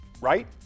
right